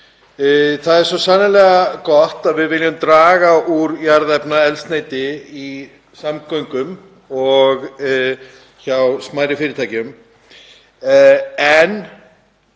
Það er svo sannarlega gott að við viljum draga úr notkun jarðefnaeldsneytis í samgöngum og hjá smærri fyrirtækjum en